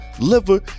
liver